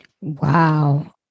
Wow